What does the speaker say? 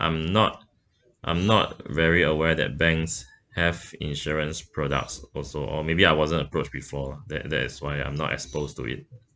I'm not I'm not very aware that banks have insurance products also or maybe I wasn't approached before that that is why I'm not exposed to it